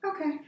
Okay